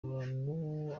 ahantu